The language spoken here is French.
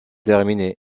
terminé